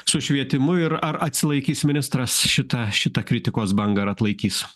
su švietimu ir ar atsilaikys ministras šitą šitą kritikos bangą ar atlaikys